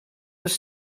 was